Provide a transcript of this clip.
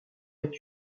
est